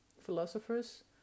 Philosophers